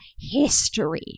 history